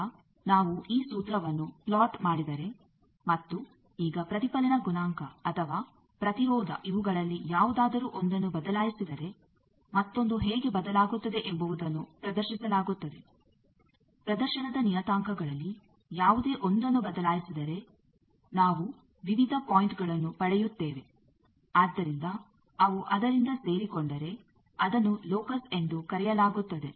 ಈಗ ನಾವು ಈ ಸೂತ್ರವನ್ನು ಪ್ಲಾಟ್ ಮಾಡಿದರೆ ಮತ್ತು ಈಗ ಪ್ರತಿಫಲನ ಗುಣಾಂಕ ಅಥವಾ ಪ್ರತಿರೋಧ ಇವುಗಳಲ್ಲಿ ಯಾವುದಾದರೂ ಒಂದನ್ನು ಬದಲಾಯಿಸಿದರೆ ಮತ್ತೊಂದು ಹೇಗೆ ಬದಲಾಗುತ್ತದೆ ಎಂಬುವುದನ್ನು ಪ್ರದರ್ಶಿಸಲಾಗುತ್ತದೆ ಪ್ರದರ್ಶನದ ನಿಯತಾಂಕಗಳಲ್ಲಿ ಯಾವುದೇ ಒಂದನ್ನು ಬದಲಾಯಿಸಿದರೆ ನಾವು ವಿವಿಧ ಪಾಯಿಂಟ್ಗಳನ್ನು ಪಡೆಯುತ್ತೇವೆ ಆದ್ದರಿಂದ ಅವು ಅದರಿಂದ ಸೇರಿಕೊಂಡರೆ ಅದನ್ನು ಲೋಕಸ್ ಎಂದು ಕರೆಯಲಾಗುತ್ತದೆ